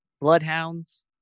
bloodhounds